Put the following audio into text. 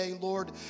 Lord